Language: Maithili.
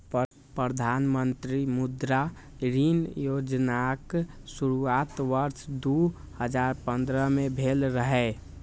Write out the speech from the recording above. प्रधानमंत्री मुद्रा ऋण योजनाक शुरुआत वर्ष दू हजार पंद्रह में भेल रहै